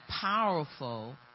powerful